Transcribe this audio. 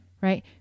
right